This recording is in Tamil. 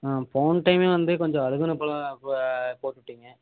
ஆ போன டைமே வந்து கொஞ்சம் அழுகுன பழம் ப போட்டுவிட்டீங்க